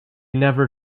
never